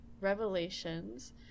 revelations